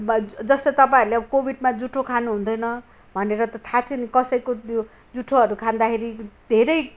जस्तो तपाईँहरले कोविडमा जुठो खानुहुँदैन भनेर त थाहा थियो नि कसैको त्यो जुठोहरू खाँदाखेरि धेरै